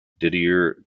didier